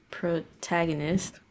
protagonist